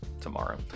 tomorrow